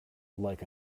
like